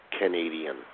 Canadian